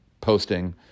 posting